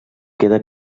queda